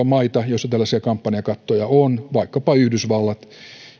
maita joissa tällaisia kampanjakattoja on vaikkapa yhdysvallat